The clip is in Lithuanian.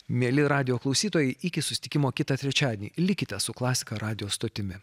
mieli radijo klausytojai iki susitikimo kitą trečiadienį likite su klasika radijo stotimi